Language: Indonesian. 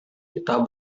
kita